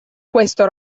questo